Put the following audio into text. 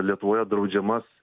lietuvoje draudžiamas